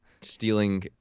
stealing